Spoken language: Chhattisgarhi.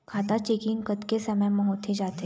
खाता चेकिंग कतेक समय म होथे जाथे?